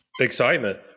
Excitement